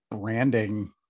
branding